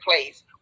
place